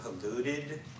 polluted